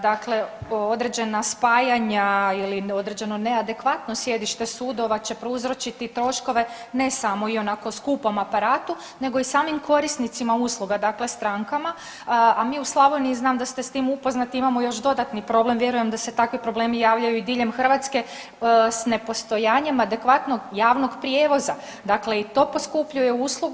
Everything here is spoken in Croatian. Dakle određena spajanja ili neodređeno neadekvatno sjedište sudova će prouzročiti troškove ne samo ionako skupom aparatu nego i samim korisnicima usluga, dakle strankama, a mi u Slavoniji znam da ste s tim upoznati imamo još dodatni problem, vjerujem da se takvi problemi javljaju i diljem Hrvatske s nepostojanjem adekvatnog javnog prijevoza, dakle i to poskupljuje uslugu.